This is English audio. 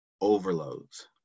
overloads